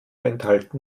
enthalten